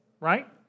right